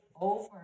over